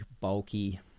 bulky